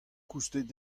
koustet